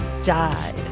died